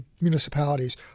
municipalities